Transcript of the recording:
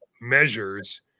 measures